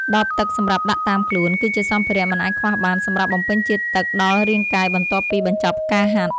ដបទឹកសម្រាប់ដាក់តាមខ្លួន គឺជាសម្ភារៈមិនអាចខ្វះបានសម្រាប់បំពេញជាតិទឹកដល់រាងកាយបន្ទាប់ពីបញ្ចប់ការហាត់។